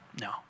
no